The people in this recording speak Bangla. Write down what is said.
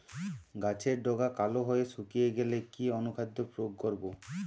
গাছের ডগা কালো হয়ে শুকিয়ে গেলে কি অনুখাদ্য প্রয়োগ করব?